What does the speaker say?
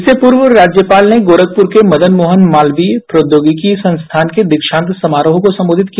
इससे पूर्व राज्यपाल ने गोरखपुर के मदन मोहन मालवीय प्रौद्योगिकी संस्थान के दीक्षांत समारोह को संबोधित किया